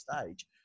stage